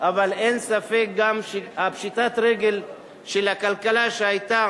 אבל גם אין ספק שפשיטת הרגל של הכלכלה שהיתה